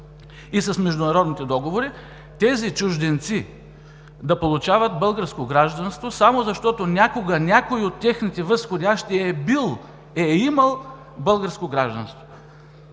и с международните договори, тези чужденци да получават българско гражданство, само защото някога някой от техните възходящи е имал българско гражданство.